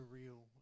real